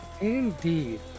Indeed